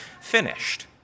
finished